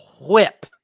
whip